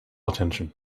attention